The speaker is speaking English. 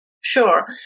sure